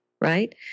right